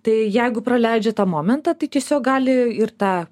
tai jeigu praleidžia tą momentą tai tiesiog gali ir tą